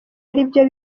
aribyo